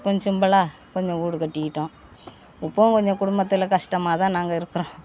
கொஞ்சம் சிம்பிள்லாக கொஞ்சம் வீடு கட்டிக்கிட்டோம் இப்பவும் கொஞ்சம் குடும்பத்தில் கஷ்டமாகதான் நாங்கள் இருக்கிறோம்